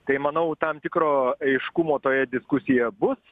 tai manau tam tikro aiškumo toje diskusijoje bus